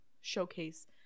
showcase